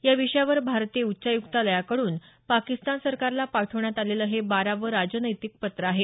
या विषयावर भारतीय उच्चायुक्तालयाकड्रन पाकिस्तान सरकारला पाठवण्यात आलेलं हे बारावं राजनैतिक पत्र आहे